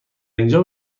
اینجا